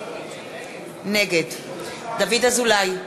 נגד דוד אזולאי,